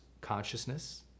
consciousness